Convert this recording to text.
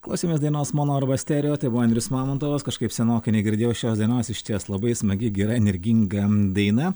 klausėmės dainos mono arba stereo tai andrius mamontovas kažkaip senokai negirdėjau šios dainos išties labai smagi gera energinga daina